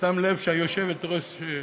שם לב שהיושבת-ראש בריכוז.